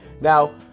now